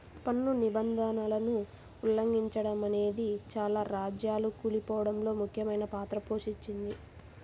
పన్ను నిబంధనలను ఉల్లంఘిచడమనేదే చాలా రాజ్యాలు కూలిపోడంలో ముఖ్యమైన పాత్ర పోషించింది